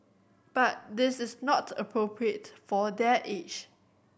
but this is not appropriate for their age